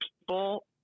people